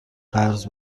قرض